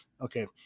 Okay